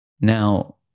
Now